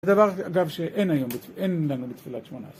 זה דבר, אגב, שאין היום, אין לנו בתפילת 18